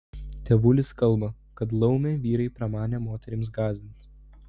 tėvulis kalba kad laumę vyrai pramanė moterims gąsdinti